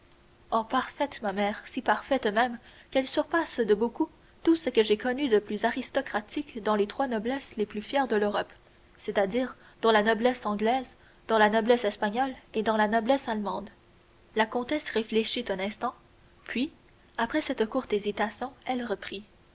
oh parfaites ma mère si parfaites même qu'elles surpassent de beaucoup tout ce que j'ai connu de plus aristocratique dans les trois noblesses les plus fières de l'europe c'est-à-dire dans la noblesse anglaise dans la noblesse espagnole et dans la noblesse allemande la comtesse réfléchit un instant puis après cette courte hésitation elle reprit